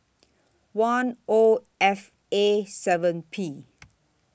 one O F A seven P